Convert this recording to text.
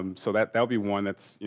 um so, that that would be one that's, you